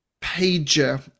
Pager